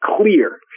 clear